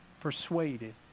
persuaded